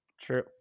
True